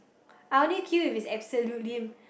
I only queue if it is absolutely